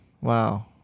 Wow